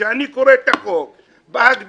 שאני קורא את החוק בהגדרה,